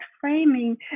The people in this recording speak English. framing